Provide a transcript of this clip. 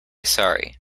sorry